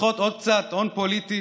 לסחוט עוד קצת הון פוליטי?